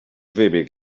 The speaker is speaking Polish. wybieg